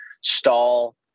stall